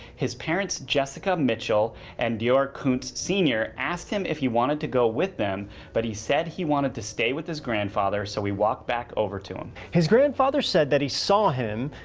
his parents jessica mitchell and deorr kunz sr, asked him if he wanted to go with them but he said he wanted to stay with his grandfather so he walked back over to him. his grandfather said that he saw him,